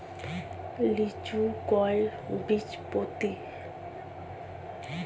লিচু কয় বীজপত্রী?